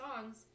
songs